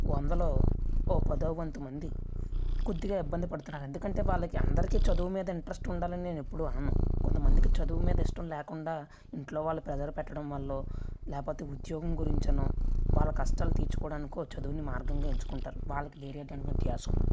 వందలో ఓ పదవ వంతు మంది కొద్దిగా ఇబ్బంది పడుతున్నారు ఎందుకంటే వాళ్ళకి అందరికీ చదువు మీద ఇంట్రెస్ట్ ఉండాలని నేను ఎప్పుడూ అనను కొంత మందికి చదువు మీద ఇష్టం లేకుండా ఇంట్లో వాళ్ళ ప్రెషర్ పెట్టడం వల్లో లేకపోతే ఉద్యోగం గురించనో వాళ్ళు కష్టాలు తీర్చుకోడానికో చదువుని మార్గంగా ఎంచుకుంటారు వాళ్ళకి వేరే ఎటువంటి ధ్యాస ఉండదు